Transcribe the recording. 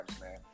man